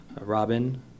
Robin